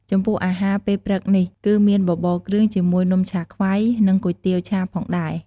ចំពោះអាហារពេលព្រឹកនេះ គឺមានបបរគ្រឿងជាមួយនំឆាខ្វៃ និងគុយទាវឆាផងដែរ។